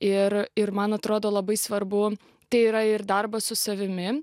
ir ir man atrodo labai svarbu tai yra ir darbas su savimi